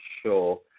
sure